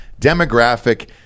demographic